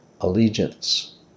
allegiance